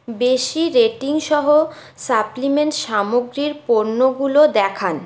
বেশি রেটিং সহ সাপ্লিমেন্ট সামগ্রী এর পণ্যগুলো দেখান